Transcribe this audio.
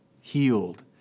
healed